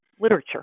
literature